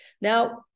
Now